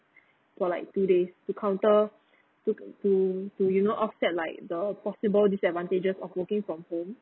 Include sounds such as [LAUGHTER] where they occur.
[BREATH] for like two days to counter [BREATH] to to to you know offset like the possible disadvantages of working from home